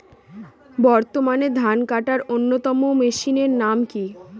বর্তমানে ধান কাটার অন্যতম মেশিনের নাম কি?